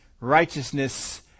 righteousness